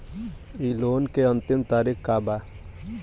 इ लोन के अन्तिम तारीख का बा?